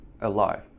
alive